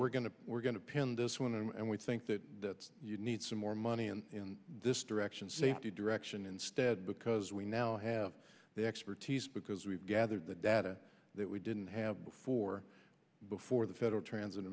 we're going to we're going to pin this one and we think that you need some more money in this direction safety direction instead because we now have the expertise because we've gathered the data that we didn't have before before the federal transit